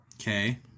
Okay